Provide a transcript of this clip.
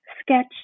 sketch